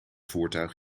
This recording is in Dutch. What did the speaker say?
voertuig